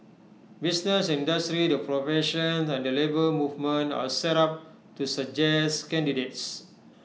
business and industry the professions and the Labour Movement are set up to suggest candidates